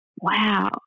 Wow